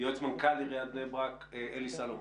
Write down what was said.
מנכ"ל עיריית בני ברק אלי סלומון.